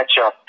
matchup